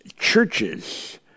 churches